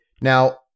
Now